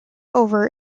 over